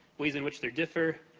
ways in which they differ,